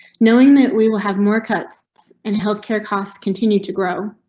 knowing that we will have more cuts in health care costs continued to grow.